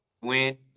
win